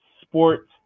sports